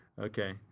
Okay